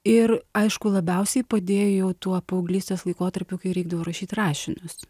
ir aišku labiausiai padėjo tuo paauglystės laikotarpiu kai reikdavo rašyt rašinius